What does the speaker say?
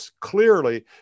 clearly